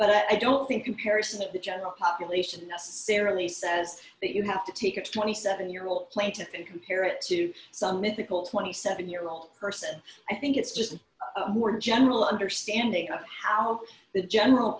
but i don't think comparison to the general population of sarah lee says that you have to take a twenty seven year old plaintiff and compare it to some mythical twenty seven year old person i think it's just a more general understanding of how the general